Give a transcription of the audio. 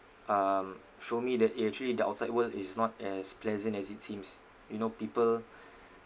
um show me that eh actually the outside world is not as pleasant as it seems you know people